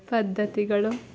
ಪದ್ದತಿಗಳು